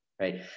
right